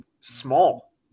small